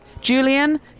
Julian